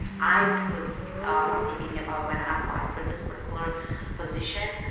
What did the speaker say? i was thinking about when i applied for this particular position,